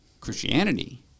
Christianity